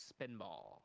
Spinball